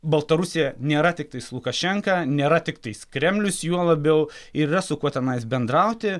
baltarusija nėra tiktais lukašenka nėra tiktais kremlius juo labiau ir yra su kuo tenais bendrauti